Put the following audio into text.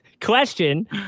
Question